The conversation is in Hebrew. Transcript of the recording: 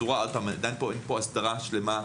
אין פה הסדרה שלמה,